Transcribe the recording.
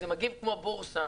כמו בורסה